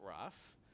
rough